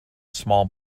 small